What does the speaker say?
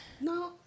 No